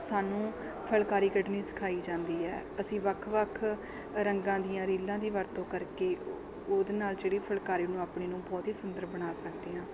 ਸਾਨੂੰ ਫੁਲਕਾਰੀ ਕੱਢਣੀ ਸਿਖਾਈ ਜਾਂਦੀ ਹੈ ਅਸੀਂ ਵੱਖ ਵੱਖ ਰੰਗਾਂ ਦੀਆਂ ਰੀਲਾਂ ਦੀ ਵਰਤੋਂ ਕਰਕੇ ਉਹਦੇ ਨਾਲ ਜਿਹੜੀ ਫੁਲਕਾਰੀ ਨੂੰ ਆਪਣੀ ਨੂੰ ਬਹੁਤ ਹੀ ਸੁੰਦਰ ਬਣਾ ਸਕਦੇ ਹਾਂ